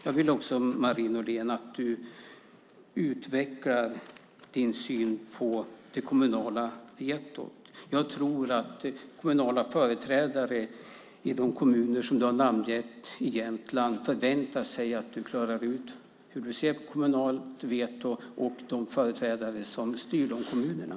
Jag vill också, Marie Nordén, att du utvecklar din syn på det kommunala vetot. Jag tror att kommunala företrädare i de kommuner du namngett i Jämtland förväntar sig att du klarar ut hur du ser på kommunalt veto och de företrädare som styr de kommunerna.